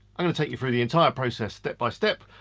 i'm gonna take you through the entire process step by step.